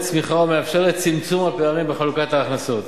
צמיחה ומאפשרת צמצום הפערים בחלוקת ההכנסות.